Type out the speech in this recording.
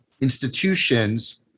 institutions